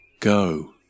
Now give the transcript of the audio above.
Go